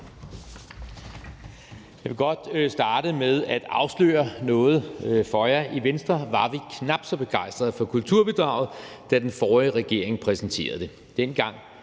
Jeg vil godt starte med at afsløre noget for jer. I Venstre var vi knap så begejstrede for kulturbidraget, da den forrige regering præsenterede det.